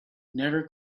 never